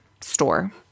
store